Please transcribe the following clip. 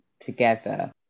together